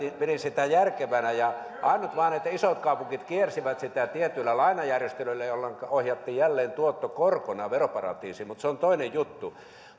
pidin sitä järkevänä ainut vaan että isot kaupungit kiersivät sitä tietyillä lainajärjestelyillä jolloinka ohjattiin jälleen tuotto korkona veroparatiisiin mutta se on toinen juttu